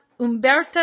Umberta